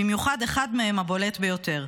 במיוחד אחד מהם, הבולט ביותר.